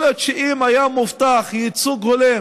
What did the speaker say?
יכול להיות שאם היה מובטח ייצוג הולם